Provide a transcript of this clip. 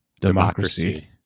democracy